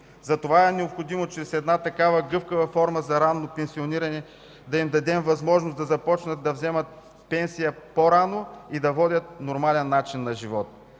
Затова е необходимо чрез такава гъвкава форма за ранно пенсиониране да им дадем възможност да започнат да вземат пенсия по-рано и да водят нормален начин на живот.